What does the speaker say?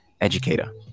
educator